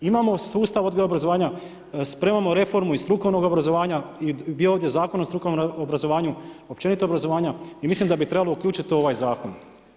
Imamo sustav odgoja i obrazovanja, spremamo reformu i strukovnog obrazovanja i bio je ovdje Zakon o strukovnom obrazovanju, općenito obrazovanju i mislim da bi trebalo uključiti u ovaj Zakon.